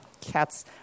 cats